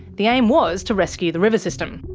the aim was to rescue the river system.